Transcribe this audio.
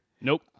Nope